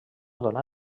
donà